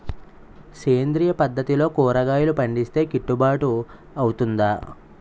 సేంద్రీయ పద్దతిలో కూరగాయలు పండిస్తే కిట్టుబాటు అవుతుందా?